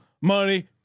money